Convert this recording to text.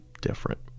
different